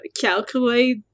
calculate